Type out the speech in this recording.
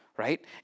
right